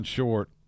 Short